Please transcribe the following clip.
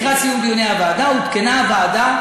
לקראת סיום דיוני הוועדה עודכנה הוועדה